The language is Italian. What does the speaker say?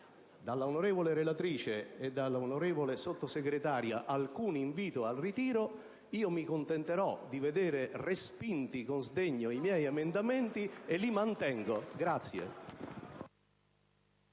dall'onorevole relatrice e dall'onorevole Sottosegretario alcun invito al ritiro, mi contenterò di vedere respinti con sdegno i miei emendamenti, e li mantengo.